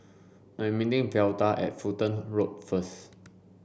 I'm Velda at Fulton Road first